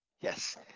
Yes